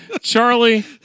Charlie